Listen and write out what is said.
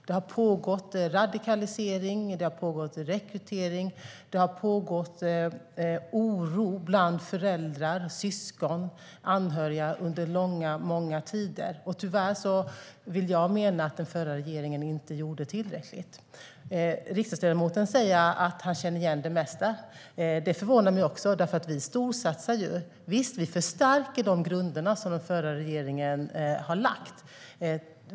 Det har pågått radikalisering och rekrytering, och det har funnits oro bland föräldrar, syskon och anhöriga under långa tider. Tyvärr menar jag att den förra regeringen inte gjorde tillräckligt. Riksdagsledamoten säger att han känner igen det mesta. Det förvånar mig också, för vi storsatsar ju. Visst, vi förstärker de grunder som den förra regeringen har lagt.